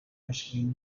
machine